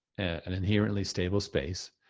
an inherently stable space,